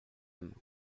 aime